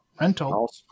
rental